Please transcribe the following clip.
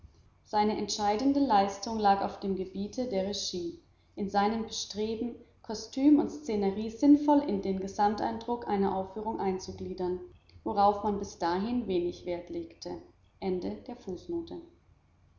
seine entscheidende leistung lag auf dem gebiete der regie in seinem bestreben kostüm und szenerie sinnvoll in den gesamteindruck einer aufführung einzugliedern worauf man bis dahin wenig wert legte